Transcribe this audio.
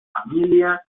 familia